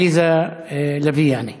עליזה לביא, יעני.